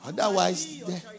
Otherwise